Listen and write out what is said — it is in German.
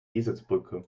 eselsbrücke